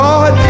God